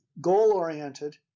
goal-oriented